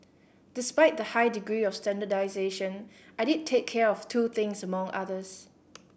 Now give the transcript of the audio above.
despite the high degree of standardisation I did take care of two things among others